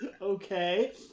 Okay